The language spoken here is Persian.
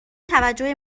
توجه